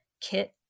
kit